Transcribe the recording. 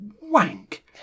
wank